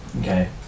Okay